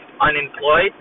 unemployed